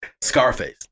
Scarface